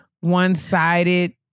one-sided